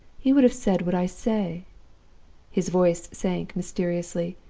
he would have said what i say his voice sank mysteriously,